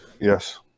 Yes